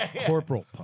Corporal